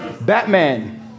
Batman